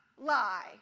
lie